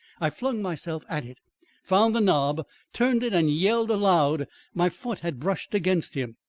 i flung myself at it found the knob turned it and yelled aloud my foot had brushed against him.